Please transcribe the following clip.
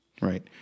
right